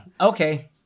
Okay